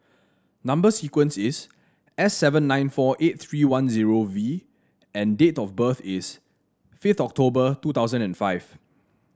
number sequence is S seven nine four eight three one zero V and date of birth is fifth October two thousand and five